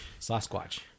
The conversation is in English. Sasquatch